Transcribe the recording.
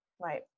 Right